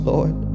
Lord